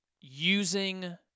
using